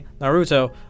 Naruto